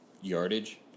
yardage